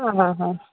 हाँ हाँ हाँ